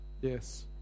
Yes